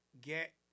get